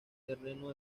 terreno